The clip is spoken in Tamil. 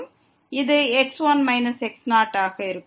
இது x1 x0 ஆக இருக்கும்